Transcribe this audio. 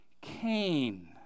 Cain